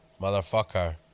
Motherfucker